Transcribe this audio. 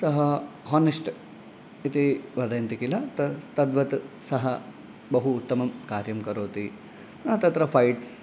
सः हानेस्ट् इति वदन्ति किल तस् तद्वत् सः बहु उत्तमं कार्यं करोति तत्र फैट्स्